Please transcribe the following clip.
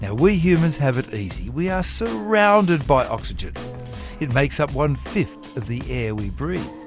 yeah we humans have it easy. we are surrounded by oxygen it makes up one fifth of the air we breathe.